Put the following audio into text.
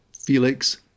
Felix